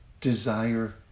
desire